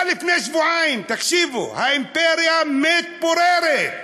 היה לפני שבועיים, תקשיבו, האימפריה מתפוררת,